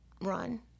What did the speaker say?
run